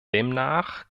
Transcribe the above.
demnach